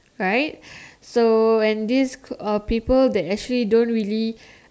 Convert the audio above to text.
right so and this uh people that actually don't really